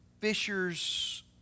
fishers